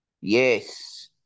Yes